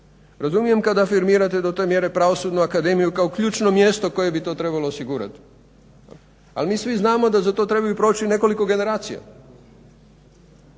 razumijem kada afirmirate do te mjere Pravosudnu akademiju kao ključno mjesto koje bi to trebalo osigurati, a mi svi znamo da za to trebaju proći nekoliko generacija.